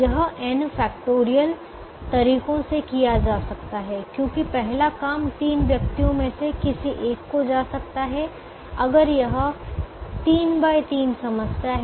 यह n factorial तरीकों से किया जा सकता है क्योंकि पहला काम 3 व्यक्तियों में से किसी एक को जा सकता है अगर यह 3 x 3 समस्या है